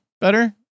better